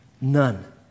None